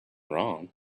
wrong